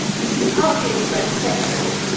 this is partly expressed sexually.